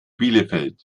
bielefeld